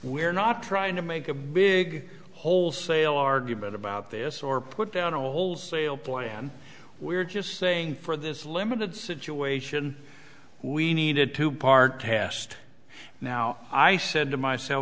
we're not trying to make a big wholesale argument about this or put down a wholesale plan we're just saying for this limited situation we needed to part hast now i said to myself